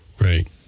right